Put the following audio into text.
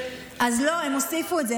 אז לא, הם הוסיפו את זה.